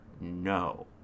no